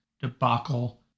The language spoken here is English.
debacle